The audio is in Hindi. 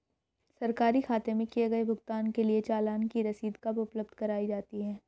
सरकारी खाते में किए गए भुगतान के लिए चालान की रसीद कब उपलब्ध कराईं जाती हैं?